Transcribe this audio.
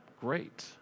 great